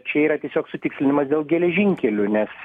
čia yra tiesiog sutikslinimas dėl geležinkelių nes